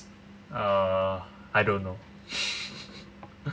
err I don't know